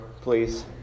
please